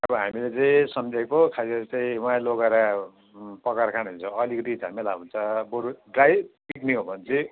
अब हामीले चाहिँ सम्झिएको खास गरी चाहिँ वहाँ नै लगेर पकाएर खानु है भने चाहिँ अलिकति झमेला हुन्छ बरु ड्राई पिकनिक हो भने चाहिँ